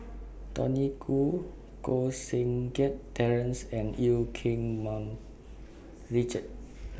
Tony Khoo Koh Seng Kiat Terence and EU Keng Mun Richard